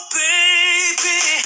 baby